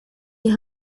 die